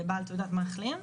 התשפ"ב -2021.